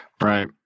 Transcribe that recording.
Right